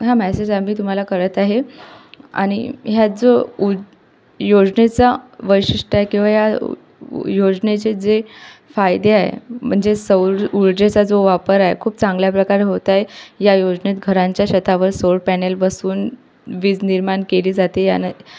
या मॅसेज आम्ही तुम्हाला करत आहे आणि या जो उ योजनेचा वैशिष्ट आहे किंवा या योजनेचे जे फायदे आहे म्हणजे सौर ऊर्जेचा जो वापर आहे खूप चांगल्या प्रकारे होत आहे या योजनेत घरांच्या छतावर सौर पॅनेल बसून वीज निर्माण केली जाते याने